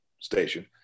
station